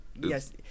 yes